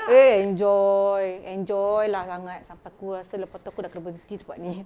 eh enjoy enjoy lah sangat sampai aku rasa lepas tu aku kena berhenti tempat ni